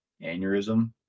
aneurysm